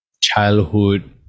childhood